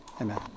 Amen